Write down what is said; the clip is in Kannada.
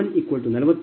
ಇದರರ್ಥ b141 ಮತ್ತು d10